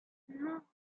non